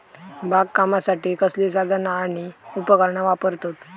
बागकामासाठी कसली साधना आणि उपकरणा वापरतत?